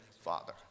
father